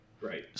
Right